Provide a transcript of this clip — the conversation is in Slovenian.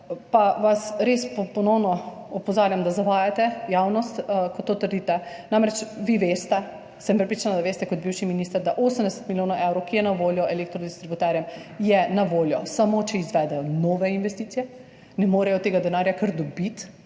Pa vas res ponovno opozarjam, da zavajate javnost, ko to trdite. Namreč, vi veste, sem prepričana, da kot bivši minister veste, da 80 milijonov evrov, ki je na voljo elektrodistributerjem, je na voljo samo, če izvedejo nove investicije. Ne morejo tega denarja kar dobiti.